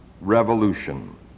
revolution